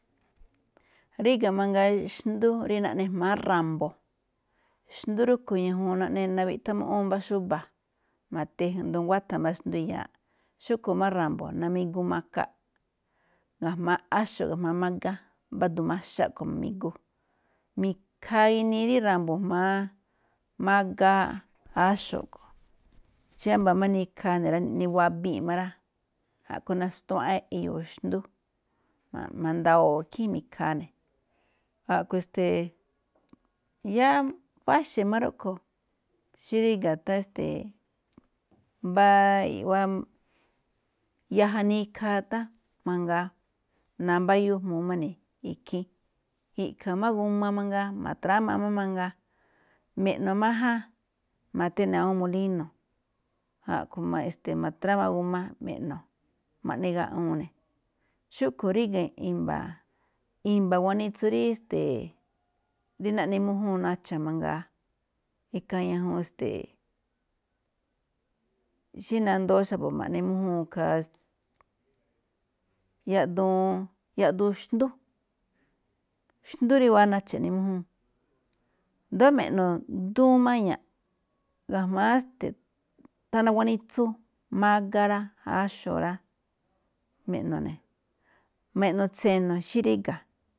Ríga̱ mangaa xndú rí naꞌne jma̱á ra̱mbo̱, xndú rúꞌkhue̱n ñajuun naꞌne nawiꞌthá muꞌúun mbá xuba̱, ma̱ti asndo nguátha̱ máꞌ xndú eyaaꞌ. Xúꞌkhue̱n máꞌ ra̱mbo̱ namigu maka ga̱jma̱á áxo̱ ga̱jma̱á mágá, mbá duun maxa, ma̱migu. Mi̱khaa ginii rí ra̱mbo̱ jma̱á mágá áxo̱ a̱ꞌkhue̱n. Xí wámba̱ máꞌ nikhaa neꞌne wabii̱n má rá. A̱ꞌkhue̱n na̱stuaꞌán eyoo xndú, ma̱nda̱wo̱o̱ ikhín mi̱khaa ne̱. A̱ꞌkhue̱n esteeꞌ yáá wáxe̱ má rúꞌkhue̱n xí ríga̱ tháan esteeꞌ mbá iꞌwá, yaja nikhaa tháan mangaa nambáyúu jmuu má ne̱ ikhín. I̱ꞌkha̱ máꞌ g a mangaa ma̱trama má mangaa. Me̱ꞌno̱ majan ma̱ti ne̱ awúun molíno̱, a̱ꞌkhue̱n ma̱trama g a me̱ꞌno̱, ma̱ꞌne gaꞌwoon ne̱. Xúꞌkhue̱n ríga̱ i̱mba̱, i̱mba̱ guanitsu rí esteeꞌ rí naꞌne mújúun nacha̱ mangaa, ikhaa ñajuun esteeꞌ, xí nandoo xa̱bo̱ ma̱ꞌne mújúun ikhaa, yaꞌduun, yaꞌduun xndú. Xndú rí i̱wa̱á nacha̱ eꞌne mújúun. I̱ndo̱ó me̱ꞌno̱ duun maña̱ꞌ, ga̱jma̱á, thana gunitsu, mágá rá, áxo̱ rá me̱ꞌno ne̱, me̱ꞌno̱ tse̱no̱ xí ríga̱.